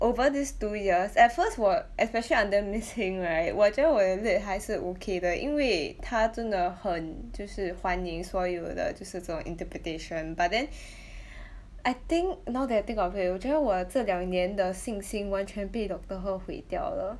over these two years at first 我 especially under miss Heng right 我觉得我的 lit 还是 okay 的因为她真的很就是欢迎所有的就是这种 interpretation but then I think now that I think of it 我觉得我这两年的信心完全被 doctor Herr 毁掉了